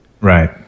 right